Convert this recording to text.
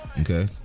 Okay